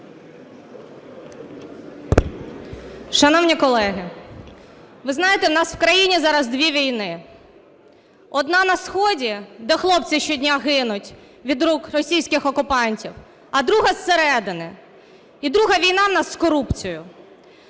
Шановні колеги! Ви знаєте, нас в країні дві війни: одна – на сході, де хлопці щодня гинуть від рук російських окупантів, а друга – зсередини. І друга війна у нас з корупцією.